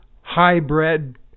high-bred